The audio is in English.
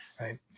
right